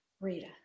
Rita